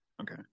Okay